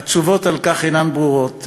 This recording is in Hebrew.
התשובות על כך אינן ברורות,